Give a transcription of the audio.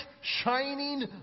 shining